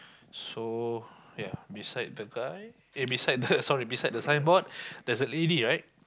so ya beside the guy eh beside the sorry beside the signboard there's a lady right